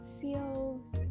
feels